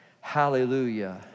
Hallelujah